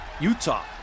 Utah